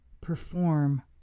perform